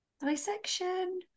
dissection